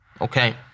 Okay